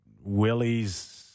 Willie's